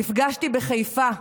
נפגשתי בחיפה,